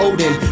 Odin